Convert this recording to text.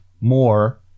more